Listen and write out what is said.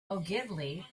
ogilvy